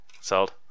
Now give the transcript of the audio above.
Sold